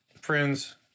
Friends